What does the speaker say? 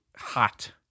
hot